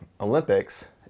Olympics